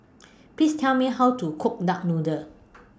Please Tell Me How to Cook Duck Noodle